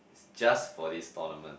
just for this tournament